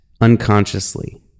unconsciously